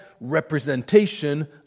representation